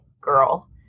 girl